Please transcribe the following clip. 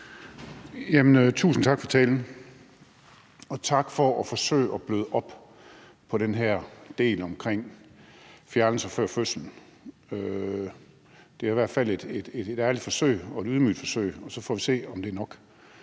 Tusind tak for talen, og tak for at forsøge at bløde op på den her del omkring fjernelse før fødslen. Det er i hvert fald et ærligt forsøg og et ydmygt forsøg, og så får vi se, om det er nok